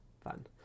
fun